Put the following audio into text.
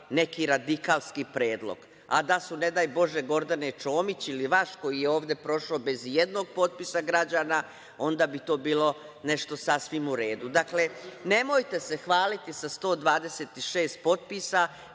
neki radikalski predlog, a da su ne daje Bože Gordane Čomić ili vaš koji je ovde prošao bez ijednog potpisa građana, onda bi to bilo nešto sasvim uredu. Dakle, nemojte se hvaliti sa 126 glasova